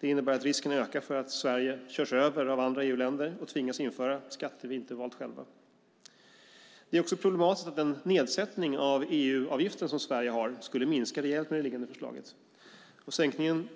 Det innebär att risken ökar för att Sverige körs över av andra EU-länder och tvingas införa skatter vi inte valt själva. Det är också problematiskt att den nedsättning av EU-avgiften som Sverige har skulle minska rejält med det föreliggande förslaget. Sänkningen